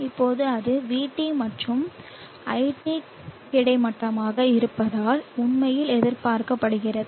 இப்போது அது vT மற்றும் iT கிடைமட்டமாக இருப்பதால் உண்மையில் எதிர்பார்க்கப்படுகிறது